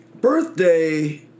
birthday